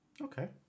Okay